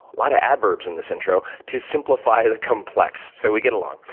lot of adverbs in this intro, to simplify the complex. so we get along.